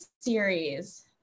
series